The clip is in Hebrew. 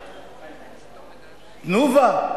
"תנובה".